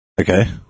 Okay